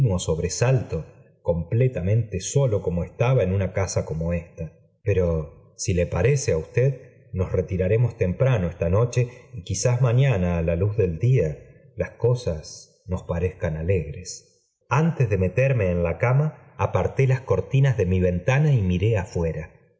sobresalto completamente solo como estaba en una casa como ésta pero si le parece á usted nos retiraremos temprano esta noche y quizá mañana ia luz del día las cosas nos parezcan alegresantes de meterme en la cama aparté las cortinas de mi ventana y miré afuera